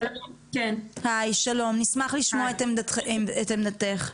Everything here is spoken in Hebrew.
נשמח לשמוע את עמדתך.